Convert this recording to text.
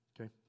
Okay